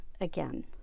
again